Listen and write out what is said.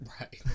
Right